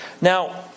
Now